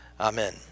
Amen